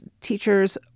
teachers